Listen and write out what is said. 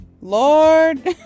Lord